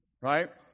Right